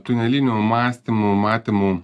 tuneliniu mąstymu matymu